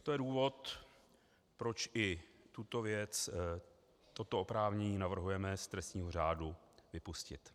A to je důvod, proč i tuto věc, toto oprávnění navrhujeme z trestního řádu vypustit.